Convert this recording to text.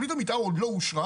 תכנית המתאר עוד לא אושרה,